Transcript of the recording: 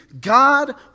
God